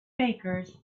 bakers